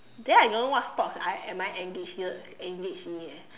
then I don't know what sports I am I engage here engage me leh